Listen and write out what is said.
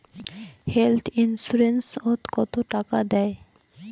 Health insurance ওত কত টাকা দেয়?